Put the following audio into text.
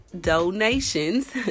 donations